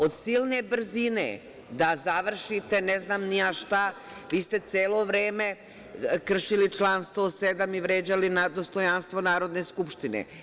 Od silne brzine da završite ne znam ni ja šta, vi ste celo vreme kršili član 107. i vređali dostojanstvo Narodne skupštine.